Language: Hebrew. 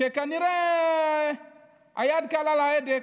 שכנראה היד קלה על ההדק,